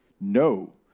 no